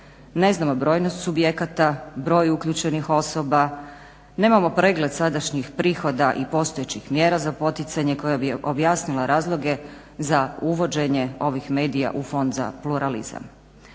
ne znamo brojnost subjekata, broj uključenih osoba, nemamo pregled sadašnjih prihoda i postojećih mjera za poticanje koja bi objasnila razloge za uvođenje ovih medija u Fond za pluralizam.